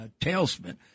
tailspin